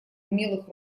умелых